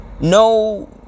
no